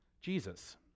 Jesus